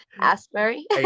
Asbury